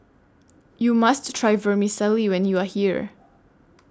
YOU must Try Vermicelli when YOU Are here